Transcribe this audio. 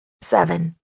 Seven